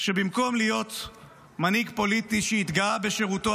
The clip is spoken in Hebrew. שבמקום להיות מנהיג פוליטי שהתגאה בשירותו